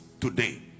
today